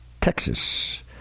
Texas